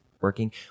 working